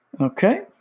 Okay